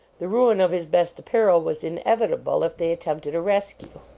the ruin of his best apparel was inevitable if they attempted a rescue.